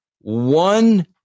One